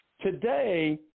Today